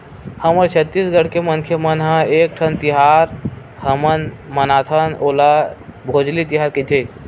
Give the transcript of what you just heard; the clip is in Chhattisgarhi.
हमर छत्तीसगढ़ के मनखे मन ह एकठन तिहार हमन मनाथन ओला भोजली तिहार कइथे